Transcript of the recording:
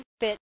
fit